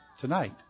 tonight